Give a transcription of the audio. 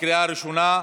לקריאה ראשונה,